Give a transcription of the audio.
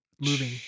moving